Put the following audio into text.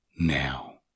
now